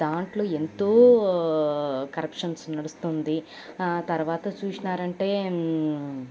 దాంట్లో ఎంతో కరప్షన్స్ నడుస్తోంది తర్వాత చూశారంటే